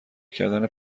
کردن